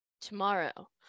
Tomorrow